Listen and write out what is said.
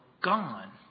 gone